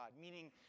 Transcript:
meaning